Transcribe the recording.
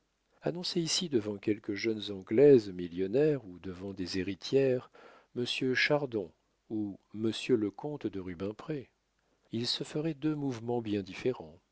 annoncez ici devant quelques jeunes anglaises millionnaires ou devant des héritières monsieur chardon ou monsieur le comte de rubempré il se ferait deux mouvements bien différents